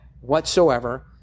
whatsoever